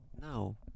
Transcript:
no